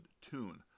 Tune